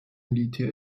militär